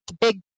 big